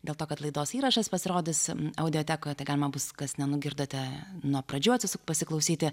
dėl to kad laidos įrašas pasirodys audiotekoje tai galima bus kas nenugirdote nuo pradžių atsisukt pasiklausyti